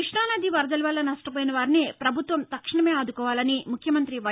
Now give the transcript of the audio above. క్బస్తునది వరదల వల్ల నష్ణపోయిన వారిని ప్రభుత్వం తక్షణమే ఆదుకోవాలని ముఖ్యమంత్రి వై